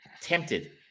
tempted